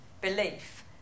belief